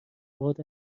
باد